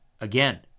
again